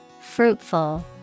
Fruitful